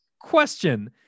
question